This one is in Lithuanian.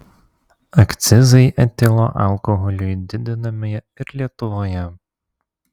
akcizai etilo alkoholiui didinami ir lietuvoje